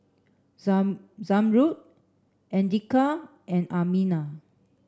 Zam Zamrud Andika and Aminah